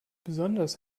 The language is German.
besonders